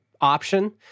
option